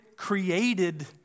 created